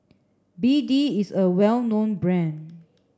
B D is a well known brand